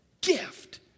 gift